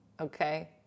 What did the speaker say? Okay